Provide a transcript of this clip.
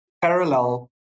parallel